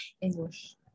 English